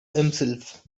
himself